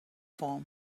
form